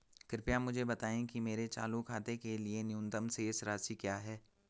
कृपया मुझे बताएं कि मेरे चालू खाते के लिए न्यूनतम शेष राशि क्या है?